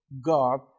God